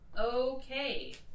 Okay